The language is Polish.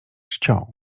czcią